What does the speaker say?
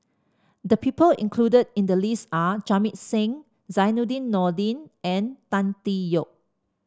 the people included in the list are Jamit Singh Zainudin Nordin and Tan Tee Yoke